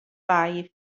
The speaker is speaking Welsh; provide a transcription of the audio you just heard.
baedd